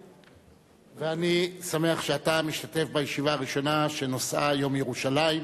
ואני שמח שאתה משתתף בישיבה הראשונה שנושאה: יום ירושלים.